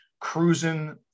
cruising